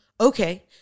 Okay